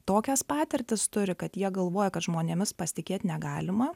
tokias patirtis turi kad jie galvoja kad žmonėmis pasitikėt negalima